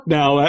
now